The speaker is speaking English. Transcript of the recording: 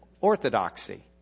orthodoxy